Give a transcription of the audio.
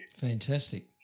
Fantastic